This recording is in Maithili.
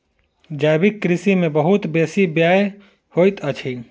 जैविक कृषि में बहुत बेसी व्यय होइत अछि